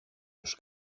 τους